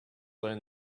learn